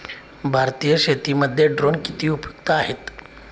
भारतीय शेतीमध्ये ड्रोन किती उपयुक्त आहेत?